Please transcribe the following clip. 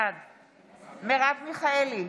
בעד מרב מיכאלי,